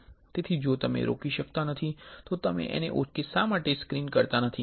તેથી જો તમે રોકી શકતા નથી તો તમે તેને ઓછામાં ઓછું પ્રારંભિક તબક્કે શા માટે સ્ક્રીન કરતા નથી